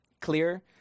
clear